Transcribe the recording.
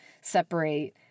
separate